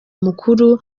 mukuru